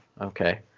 Okay